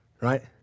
right